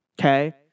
okay